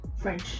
French